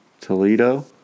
Toledo